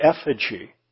effigy